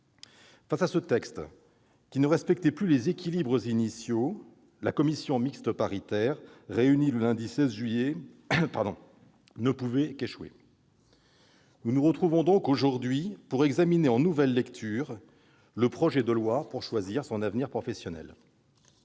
Face à ce texte qui ne respectait plus les équilibres initiaux, la commission mixte paritaire réunie le lundi 16 juillet ne pouvait qu'échouer. Nous nous retrouvons donc aujourd'hui pour examiner en nouvelle lecture le projet de loi pour la liberté de choisir son avenir professionnel.